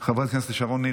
חברת הכנסת שרון ניר,